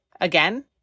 again